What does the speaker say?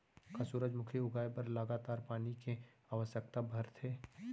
का सूरजमुखी उगाए बर लगातार पानी के आवश्यकता भरथे?